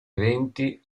eventi